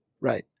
right